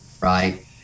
right